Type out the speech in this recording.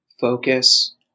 focus